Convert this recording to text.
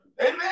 Amen